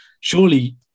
surely